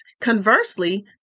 Conversely